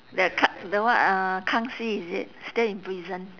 that ka~ the what uh kang xi is it still in prison